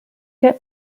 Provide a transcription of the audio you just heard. get